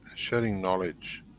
sharing knowledge,